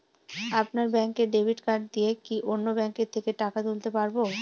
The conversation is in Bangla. আপনার ব্যাংকের ডেবিট কার্ড দিয়ে কি অন্য ব্যাংকের থেকে টাকা তুলতে পারবো?